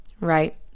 Right